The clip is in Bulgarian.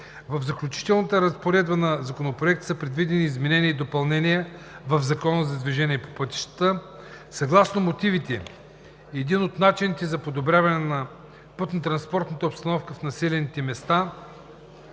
В Заключителната разпоредба на Законопроекта са предвидени изменения и допълнения в Закона за движението по пътищата. Съгласно мотивите един от начините за подобряване на пътнотранспортната обстановка в населените места